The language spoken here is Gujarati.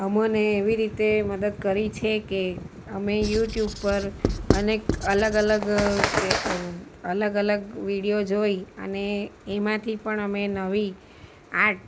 અમોને એવી રીતે મદદ કરી છે કે અમે યૂટ્યૂબ પર અનેક અલગ અલગ જે અલગ અલગ વિડિઓ જોઈ અને એમાંથી પણ અમે નવી આર્ટ